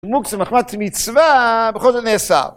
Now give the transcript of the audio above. מוקצה מחמת מצווה בכל זאת נעשה.